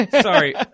Sorry